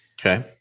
Okay